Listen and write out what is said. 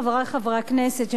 חברי חברי הכנסת,